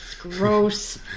gross